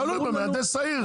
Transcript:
תלוי במהנדס העיר.